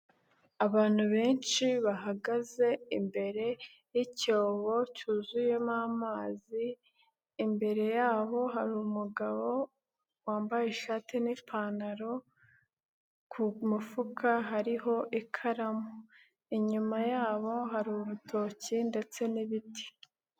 Abantu benshi bahagaze imbere y'icyobo cyuzuyemo amazi, imbere yaho hari umugabo wambaye ishati n'ipantaro ku mufuka hariho ikaramu, inyuma yabo hari urutoki ndetse n'ibiti.